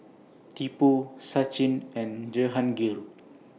Tipu Sachin and Jehangirr